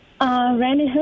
Randy